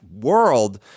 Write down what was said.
world